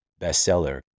bestseller